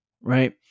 right